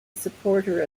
supporter